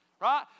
Right